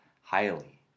highly